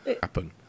happen